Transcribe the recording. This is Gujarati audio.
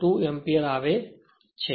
212 એમ્પીયરઆવે છે